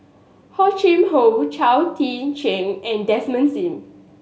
Hor Chim Or Chao Tzee Cheng and Desmond Sim